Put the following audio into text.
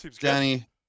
Danny